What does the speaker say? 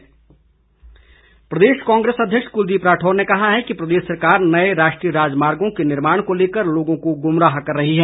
कुलदीप राठौर प्रदेश कांग्रेस अध्यक्ष कुलदीप राठौर ने कहा है कि प्रदेश सरकार नए राष्ट्रीय राजमार्गो के निर्माण को लेकर लोगों को गुमराह कर रही है